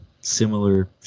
similar